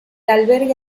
albergue